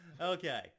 Okay